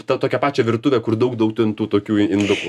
tą tokią pačią virtuvę kur daug daug ten tų tokių indukų